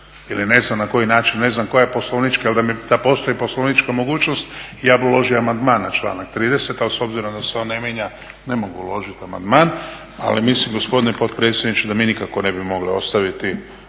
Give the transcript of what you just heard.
ili ne znam na koji način, ne znam koja je poslovnička ili da li postoji poslovnička mogućnost ja bih uložio amandman na članak 30. Ali s obzirom da se on ne mijenja ne mogu uložiti amandman, ali mislim gospodine potpredsjedniče da mi nikako ne bi mogli ostaviti